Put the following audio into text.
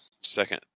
second